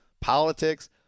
politics